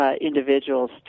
individuals